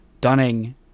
Dunning